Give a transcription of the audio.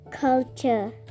culture